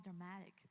dramatic